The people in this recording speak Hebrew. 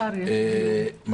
לא מקבלים חלק מהתקנים האלה.